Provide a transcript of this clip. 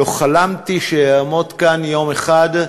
לא חלמתי שאעמוד כאן יום אחד,